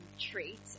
treat